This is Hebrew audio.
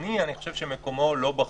הפרטני לא בחוק.